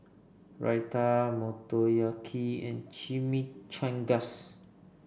Raita Motoyaki and Chimichangas